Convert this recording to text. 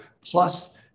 Plus